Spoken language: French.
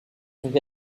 sont